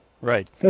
right